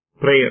prayer